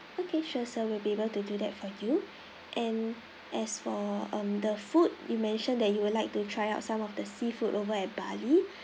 okay sure sir we'll be able to do that for you and as for um the food you mentioned that you would like to try out some of the seafood over at bali